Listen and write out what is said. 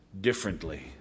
differently